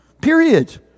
period